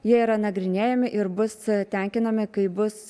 jie yra nagrinėjami ir bus tenkinami kai bus